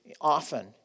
often